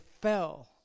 fell